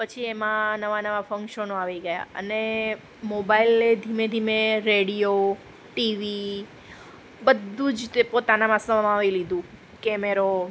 પછી એમાં નવા નવા ફંક્શનો આવી ગયાં અને મોબાઈલે ધીમે ધીમે રેડિયો ટીવી બધું જ તે પોતાનામાં સમાવી લીધું કેમેરો